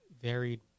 varied